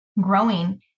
growing